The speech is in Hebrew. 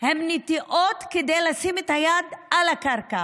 הן נטיעות כדי לשים את היד על הקרקע